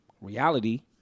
Reality